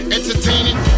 Entertaining